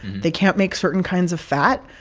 they can't make certain kinds of fat,